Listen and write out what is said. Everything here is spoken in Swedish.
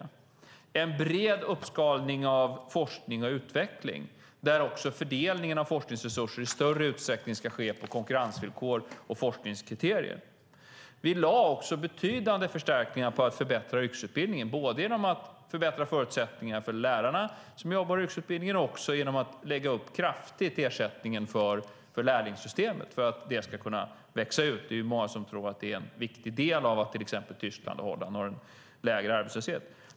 Det handlade också om en bred uppskalning av forskning och utveckling, där fördelningen av forskningsresurser i större utsträckning ska ske på konkurrensvillkor och forskningskriterier. Vi lade betydande förstärkningar på att förbättra yrkesutbildningen, både genom att förbättra förutsättningarna för lärarna som jobbar inom yrkesutbildningen och genom att kraftigt lägga upp ersättningen för lärlingssystemet så att det ska kunna växa ut. Det är ju många som tror att lärlingssystemet är en viktig orsak till att exempelvis Tyskland och Holland har en lägre arbetslöshet.